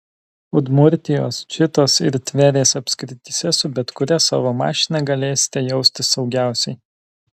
udmurtijos čitos ir tverės apskrityse su bet kuria savo mašina galėsite jaustis saugiausiai